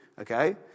okay